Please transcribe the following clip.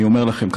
אני אומר לכם,